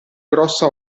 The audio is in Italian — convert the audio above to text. grossa